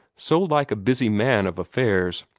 so like a busy man of affairs.